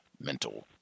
mental